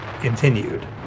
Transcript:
continued